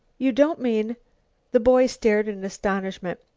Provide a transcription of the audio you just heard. you don't mean the boy stared in astonishment.